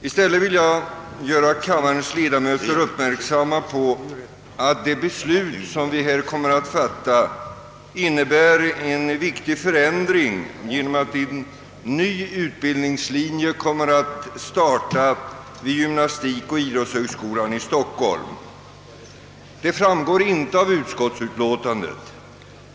I stället vill jag göra kammarledamöterna uppmärksamma på att de beslut vi kommer att fatta innebär en viktig förändring genom att en ny utbildningslinje kan startas vid gymnastikoch idrottshögskolan i Stockholm. Detta framgår inte av utskottsutlåtandet.